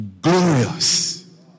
glorious